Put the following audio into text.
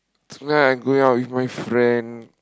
it's lah I going out with my friend